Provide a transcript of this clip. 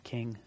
King